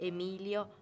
Emilio